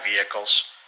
vehicles